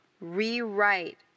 rewrite